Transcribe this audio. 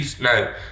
No